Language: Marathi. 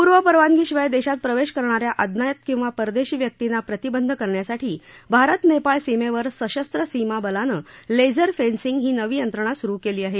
पूर्वपरवानगीशिवाय देशात प्रवेश करणा या अज्ञात परदेशी व्यर्तिना प्रतिबंध करण्यासाठी भारत नेपाळ सीमेवर सशस्त्र सीमा बलानं लेझर फेन्सिंग ही नवी यंत्रणा सुरु केली आहे